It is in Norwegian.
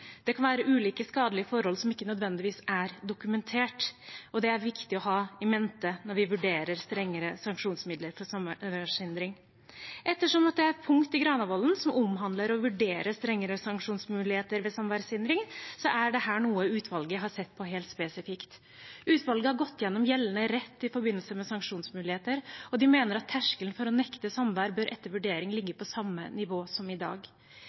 Det kan være ulike skadelige forhold som ikke nødvendigvis kan dokumenteres, og det er det viktig å ha i mente når vi vurderer strengere sanksjonsmidler for samværshindring. Ettersom det er et punkt i Granavolden-plattformen som omhandler å vurdere strengere sanksjonsmuligheter ved samværshindring, er dette noe utvalget har sett på helt spesifikt. Utvalget har gått gjennom gjeldende rett i forbindelse med sanksjonsmuligheter, og de mener at terskelen for å nekte samvær bør etter vurdering ligge på samme nivå som i dag.